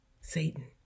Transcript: Satan